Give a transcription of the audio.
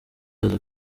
aza